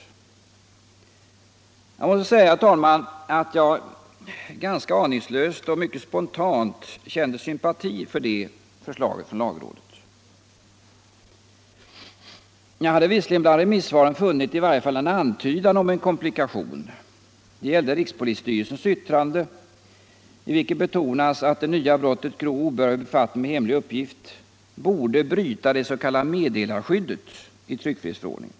Herr talman! Jag måste säga att jag ganska aningslöst och mycket spontant kände sympati för det förslaget från lagrådet. Visserligen hade jag bland remissvaren funnit i varje fall en antydan om komplikation. Det gällde rikspolisstyrelsens yttrande i vilket betonas att det nya brottet grov obehörig befattning med hemlig uppgift borde bryta det s.k. meddelarskyddet i tryckfrihetsförordningen.